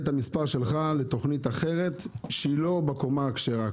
את המספר שלך לתוכנית אחרת שהיא לא בקומה הכשרה.